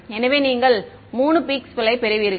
எனவே நீங்கள் 3 பீக்ஸ் களை பெறுவீர்கள்